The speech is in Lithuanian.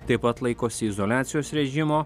taip pat laikosi izoliacijos režimo